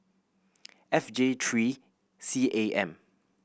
F J three C A M